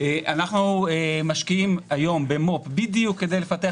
אנחנו משקיעים היום במו"פ בדיוק כדי לפתח